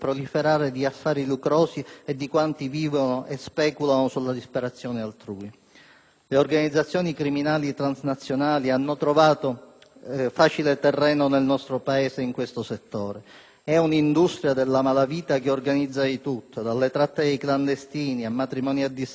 Le organizzazioni criminali transnazionali hanno trovato facile terreno nel nostro Paese in questo settore. È un'industria della malavita che organizza di tutto (dalle tratte dei clandestini, ai matrimoni a distanza, a consegne di tutti i generi) e che sposta capitali di dubbia provenienza